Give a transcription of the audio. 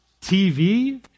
TV